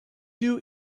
you